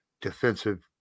defensive